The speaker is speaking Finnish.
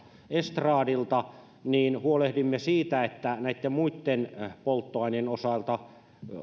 estradilta niin huolehdimme siitä että näitten muitten polttoaineiden osalta